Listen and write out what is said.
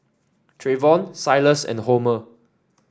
Treyvon Silas and Homer